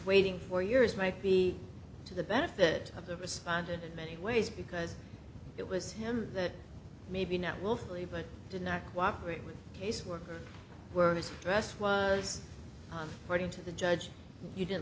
waiting four years might be to the benefit of the responded in many ways because it was him that maybe not willfully but did not cooperate with caseworkers were his dress was writing to the judge you didn't